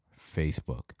Facebook